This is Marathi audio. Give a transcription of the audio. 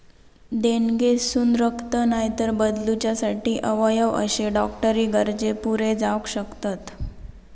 देणगेतसून रक्त, नायतर बदलूच्यासाठी अवयव अशे डॉक्टरी गरजे पुरे जावक शकतत